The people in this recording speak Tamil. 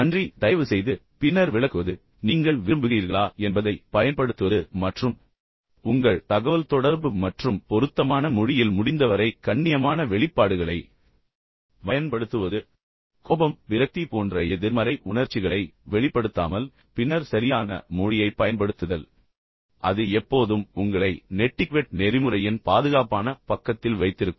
நன்றி தயவுசெய்து பின்னர் விளக்குவது நீங்கள் விரும்புகிறீர்களா என்பதை பயன்படுத்துவது மற்றும் உங்கள் தகவல்தொடர்பு மற்றும் பொருத்தமான மொழியில் முடிந்தவரை கண்ணியமான வெளிப்பாடுகளை பயன்படுத்துவது கோபம் விரக்தி போன்ற எதிர்மறை உணர்ச்சிகளை வெளிப்படுத்தாமல் பின்னர் சரியான மொழியைப் பயன்படுத்துதல் அது எப்போதும் உங்களை நெட்டிக்வெட் நெறிமுறையின் பாதுகாப்பான பக்கத்தில் வைத்திருக்கும்